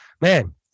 Man